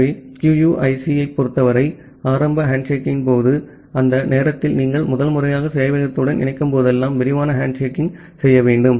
எனவே QUIC ஐப் பொறுத்தவரை ஆரம்ப ஹேண்ட்ஷேக்கிங்கின் போது அந்த நேரத்தில் நீங்கள் முதல்முறையாக சேவையகத்துடன் இணைக்கும்போதெல்லாம் விரிவான ஹேண்ட்ஷேக்கிங் செய்ய வேண்டும்